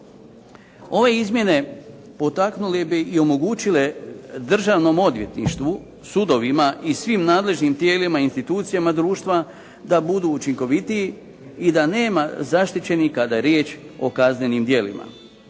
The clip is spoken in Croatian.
Ove izmjene potaknule bi i omogućile Državnom odvjetništvu, sudovima i svima nadležnim tijelima i institucijama društva da budu učinkovitiji i da nema zaštićenih kada je riječ o kaznenim djelima.